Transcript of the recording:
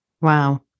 Wow